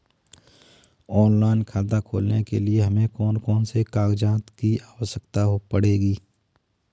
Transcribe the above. Online खाता खोलने के लिए हमें कौन कौन से कागजात की आवश्यकता पड़ेगी?